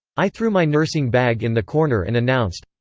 i threw my nursing bag in the corner and announced.